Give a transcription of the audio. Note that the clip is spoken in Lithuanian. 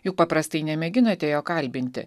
juk paprastai nemėginate jo kalbinti